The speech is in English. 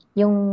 yung